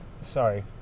Sorry